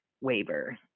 waiver